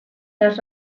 las